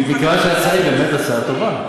מכיוון שההצעה היא באמת הצעה טובה.